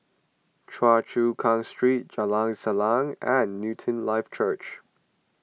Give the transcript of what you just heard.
Choa Chu Kang Street Jalan Salang and Newton Life Church